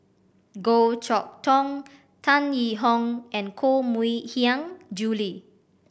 Goh Chok Tong Tan Yee Hong and Koh Mui Hiang Julie